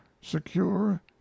secure